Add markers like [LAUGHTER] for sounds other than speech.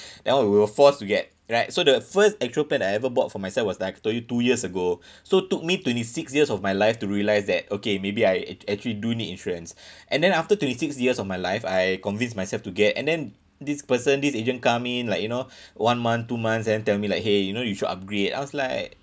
[BREATH] that [one] we were forced to get right so the first actual plan that I ever bought for myself was like twenty two years ago [BREATH] so took me twenty six years of my life to realise that okay maybe I ac~ actually do need insurance [BREATH] and then after twenty six years of my life I convinced myself to get and then this person this agent come in like you know [BREATH] one month two months and tell me like !hey! you know you should upgrade I was like